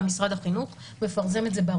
גם משרד החינוך מפרסם את זה בערוצים שלו.